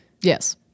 yes